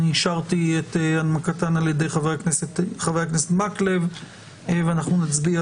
אני אישרתי את הנמקתן על ידי חבר הכנסת מקלב ואנחנו נצביע,